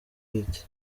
beat